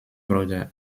brother